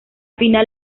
final